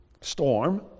storm